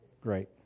great